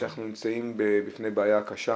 שאנחנו נמצאים בפני בעיה קשה